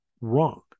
wrong